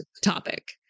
topic